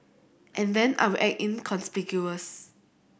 and then I will act inconspicuous